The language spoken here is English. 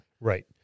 Right